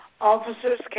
officers